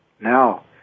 Now